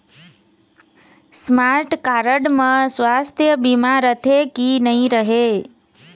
Smart card म सुवास्थ बीमा रथे की नई रहे?